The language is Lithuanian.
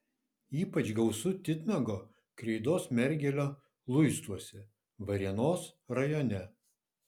ypač gausu titnago kreidos mergelio luistuose varėnos rajone